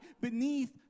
beneath